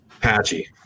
Patchy